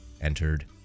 entered